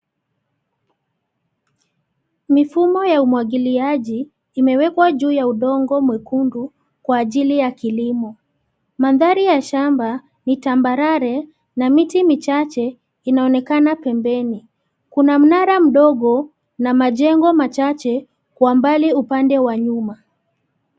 Mifumo ya umwagiliaji imewekwa juu ya udongo mwekundu kwa ajili ya kilimo. Mandhari ya shamba ni tambarare na miti michache inaonekana pembeni. Kuna mnara mdogo na majengo machache kwa mbali, upande wa nyuma.